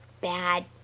bad